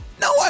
No